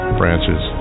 branches